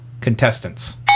Contestants